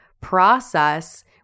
process